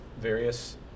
various